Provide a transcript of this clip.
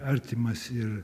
artimas ir